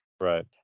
Right